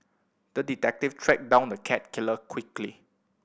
the detective tracked down the cat killer quickly